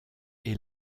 est